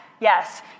Yes